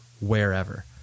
wherever